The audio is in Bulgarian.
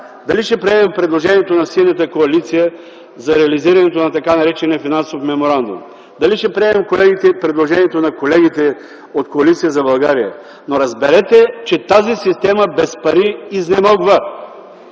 дали ще приемем предложението на Синята коалиция за реализирането на така наречения Финансов меморандум; дали ще приемем предложението на колегите от Коалиция за България, но разберете, че тази система без пари изнемогва!